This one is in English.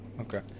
Okay